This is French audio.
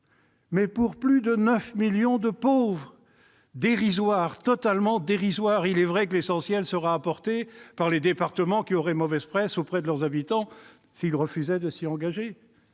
mais pour plus de 9 millions de pauvres ... Dérisoire ! Totalement dérisoire ! Il est vrai que l'essentiel sera apporté par les départements, qui auraient mauvaise presse auprès de leurs habitants s'ils refusaient de s'y engager.